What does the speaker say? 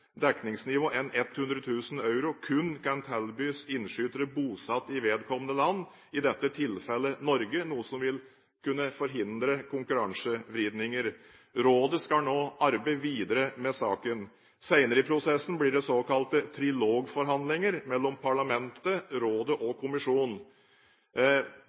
dekningsnivå enn 100 000 euro kun kan tilbys innskytere bosatt i vedkommende land, i dette tilfellet Norge, noe som vil kunne forhindre konkurransevridninger. Rådet skal nå arbeide videre med saken. Senere i prosessen blir det såkalte trilogforhandlinger mellom parlamentet, rådet